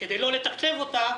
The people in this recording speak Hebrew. כדי לא לתקצב אותה.